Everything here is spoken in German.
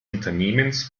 unternehmens